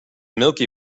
milky